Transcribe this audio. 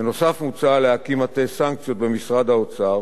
בנוסף, מוצע להקים מטה סנקציות במשרד האוצר